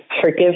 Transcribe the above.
Forgive